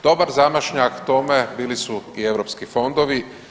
Dobar zamašnjak tome bili su i Europski fondovi.